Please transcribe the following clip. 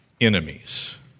enemies